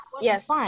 Yes